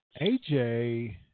AJ